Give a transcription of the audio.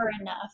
enough